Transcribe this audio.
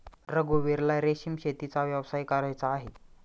रघुवीरला रेशीम शेतीचा व्यवसाय करायचा आहे